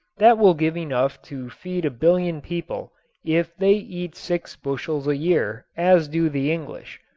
that will give enough to feed a billion people if they eat six bushels a year as do the english.